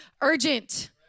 Urgent